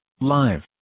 live